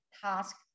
task